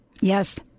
Yes